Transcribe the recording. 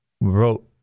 wrote